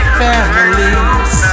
families